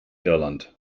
irland